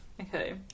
Okay